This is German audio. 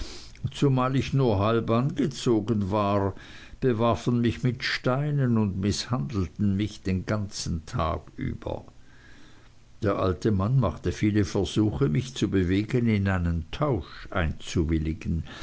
zumal ich nur halb angezogen war bewarfen mich mit steinen und mißhandelten mich den ganzen tag über der alte mann machte viele versuche mich zu bewegen in einen tausch